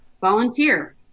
volunteer